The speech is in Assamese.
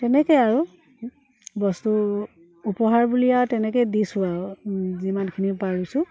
তেনেকৈ আৰু বস্তু উপহাৰ বুলি আৰু তেনেকৈ দিছোঁ আৰু যিমানখিনি পাৰিছোঁ